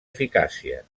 eficàcia